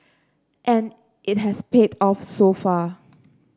and it has paid off so far